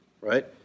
right